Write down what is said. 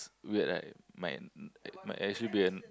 weird right might might actually be an